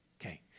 Okay